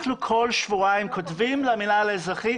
אנחנו כל שבועיים כותבים למינהל האזרחי,